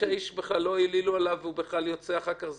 שלא העלילו על האיש והוא בכלל יוצא זכאי?